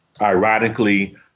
Ironically